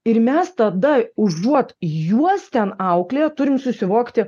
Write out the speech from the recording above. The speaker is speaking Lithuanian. ir mes tada užuot juos ten auklėję turim susivokti